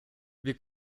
wir